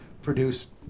Produced